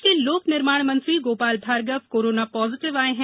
प्रदेष के लोक निर्माण मंत्री गोपाल भार्गव कोरोना पॉजिटिव आए हैं